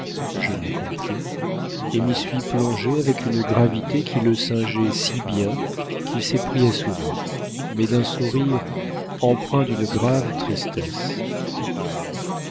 je l'ai compris et m'y suis plongée avec une gravité qui le singeait si bien qu'il s'est pris à sourire mais d'un sourire empreint d'une grave tristesse